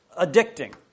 addicting